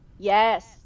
Yes